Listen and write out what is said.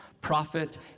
prophet